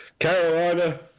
Carolina